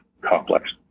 complex